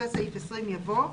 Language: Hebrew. אחרי סעיף 20 יבוא: